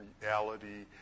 reality